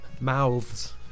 Mouths